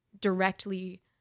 directly